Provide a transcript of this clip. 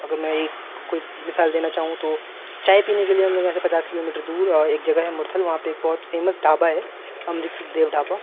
اگر میں ایک کوئی مثال دینا چاہوں تو چائے پینے کے لیے ہم لوگ یہاں سے پچاس کلو میٹر دور ایک جگہ ہے مورتھل وہاں پہ ایک بہت فیمس ڈھابا ہے امرت سکھدیو ڈھابا